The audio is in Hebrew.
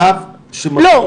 לא,